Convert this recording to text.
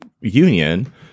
union